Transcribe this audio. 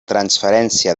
transferència